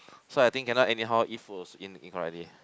so I think also cannot anyhow eat food al~ eat incorrectly